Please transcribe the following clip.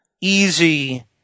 easy